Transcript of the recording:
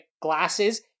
glasses